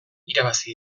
irabazi